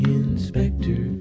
inspector